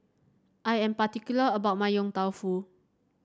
I am particular about my Yong Tau Foo